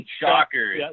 shocker